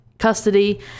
custody